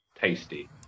tasty